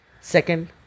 Second